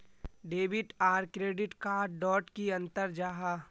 Debit आर credit card डोट की अंतर जाहा?